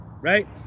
right